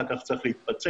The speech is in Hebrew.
ואחר כך צריך להתפצל,